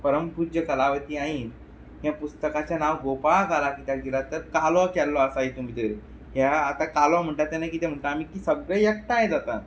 परमपूज्य कलावती आईन हे पुस्तकाचें नांव गोपाळ काला कित्याक दिलां तर कालो केल्लो आसा हितूंत भितर हे आतां कालो म्हणटात तेन्ना कितें म्हणटात आमी की सगळें एकठांय जातात